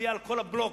תצביע על כל הבלוק,